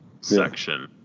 section